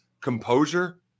composure